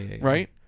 Right